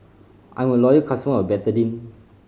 I'm a loyal customer of Betadine